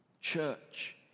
church